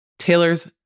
Taylor's